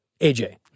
AJ